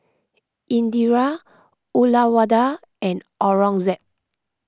Indira Uyyalawada and Aurangzeb